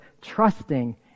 trusting